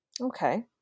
Okay